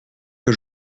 que